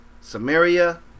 Samaria